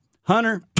Hunter